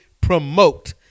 Promote